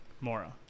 Mora